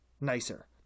nicer